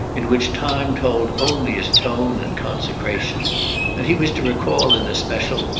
in which time told only as tone and consecration and he was to recall in especial,